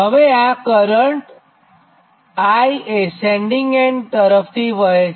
હવેઆ current I એ sending end તરફથી વહે છે